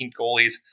goalies